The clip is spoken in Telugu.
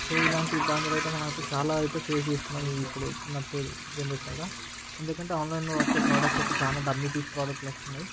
సో ఇలాంటి ఇబ్బందులు అయితే మనమైతే చాలా అయితే ఫేస్ చేస్తున్నాం ఇప్పుడు నడిచేది ఈ జనరేషన్లా ఎందుకంటే ఆన్లైన్లో వచ్చే ప్రొడక్ట్స్ అయితే చాలా డమ్మీ పీస్ ప్రోడక్ట్లు వస్తున్నాయి